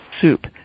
soup